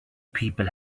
people